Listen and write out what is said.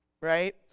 right